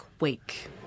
Week